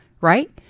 right